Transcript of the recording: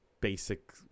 basic